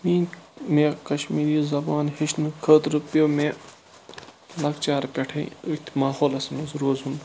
یہِ مےٚ کَشمیٖری زَبان ہیٚچھنہٕ خٲطرٕ پیوٚو مےٚ لۅکچار پیٚٹھٕے أتھۍ ماحولَس منٛز روزُن